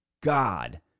God